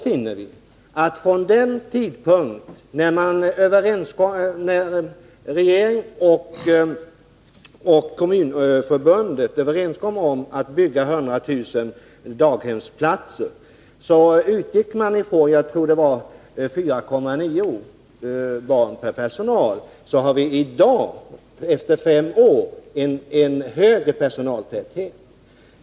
Vid den tidpunkt när regeringen och Kommunförbundet kom överens om att bygga 100 000 daghemsplatser utgick man ifrån 4,9 barn per person i personalen. I dag, efter fem år, har vi en högre personaltäthet.